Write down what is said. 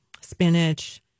spinach